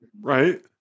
Right